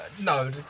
No